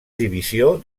divisió